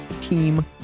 team